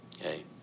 Okay